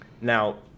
Now